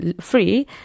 free